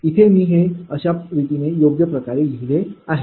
इथे मी हे अशा रीतीने योग्य प्रकारे लिहिले आहे